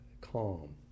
calm